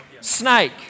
Snake